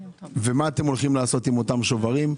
ומה אתם הולכים לעשות עם אותם שוברים?